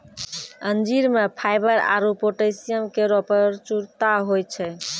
अंजीर म फाइबर आरु पोटैशियम केरो प्रचुरता होय छै